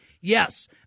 Yes